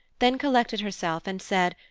then collected herself and said,